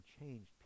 changed